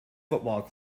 football